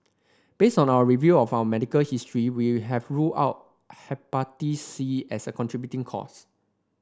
based on our review of our medical history we have ruled out Hepatitis C as a contributing cause